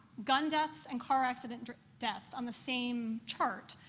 gun deaths and car-accident deaths on the same chart,